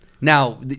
now